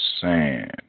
sand